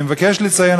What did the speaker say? אני מבקש לציין,